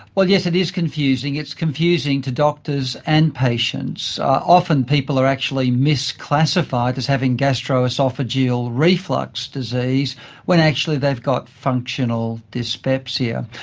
well yes, it is confusing. it's confusing to doctors and patients. often people are actually misclassified as having gastro-oesophageal reflux disease when actually they've got functional dyspepsia.